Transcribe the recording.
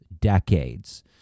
decades